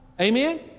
Amen